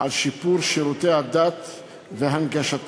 על שיפור שירותי הדת והנגשתם,